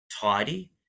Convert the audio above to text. tidy